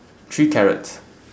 three carrots